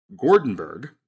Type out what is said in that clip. Gordonberg